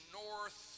north